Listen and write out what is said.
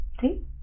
See